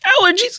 Allergies